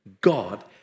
God